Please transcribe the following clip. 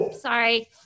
sorry